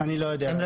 הם לא יודעים.